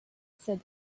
said